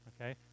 okay